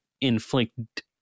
inflict